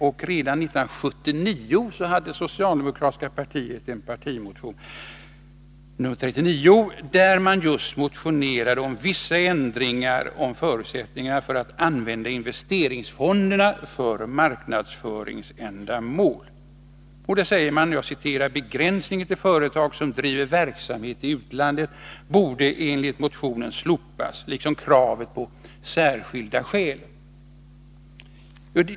Redan 1979 väckte det socialdemokratiska partiet en partimotion 1979/80:39 om just vissa ändringar i förutsättningarna för att använda investeringsfonderna för marknadsföringsändamål. Där säger man: Begränsningen till företag som driver verksamhet i utlandet borde enligt motionen slopas liksom kravet på särskilda skäl.